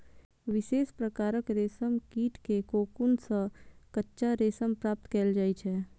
विशेष प्रकारक रेशम कीट के कोकुन सं कच्चा रेशम प्राप्त कैल जाइ छै